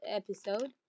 episode